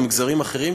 או מגזרים אחרים,